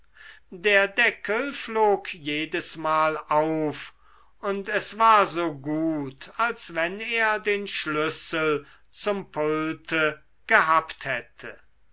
der deckel flog jedesmal auf und es war so gut als wenn er den schlüssel zum pulte gehabt hätte